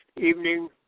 evening